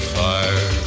fire